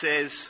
says